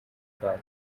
park